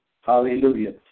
Hallelujah